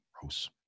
gross